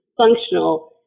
functional